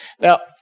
Now